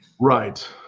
right